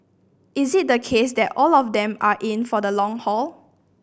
is it the case that all of them are in for the long haul